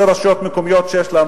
אותן 14 רשויות מקומיות שיש לנו,